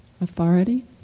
Authority